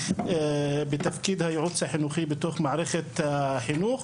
בתפקיד הייעוץ החינוכי בתוך מערכת החינוך,